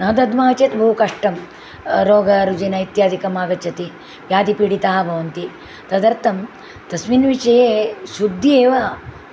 न दद्मः चेद् बहु कष्टं रोगरुजिन इत्यादिकम् आगच्छति व्याधिपीडिताः भवन्ति तदर्थं तस्मिन् विषये शुद्धि एव